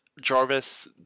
Jarvis